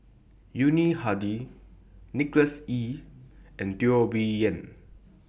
Yuni Hadi Nicholas Ee and Teo Bee Yen